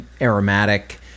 aromatic